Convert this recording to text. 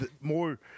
More